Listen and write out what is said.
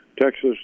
Texas